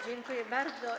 Dziękuję bardzo.